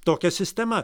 tokia sistema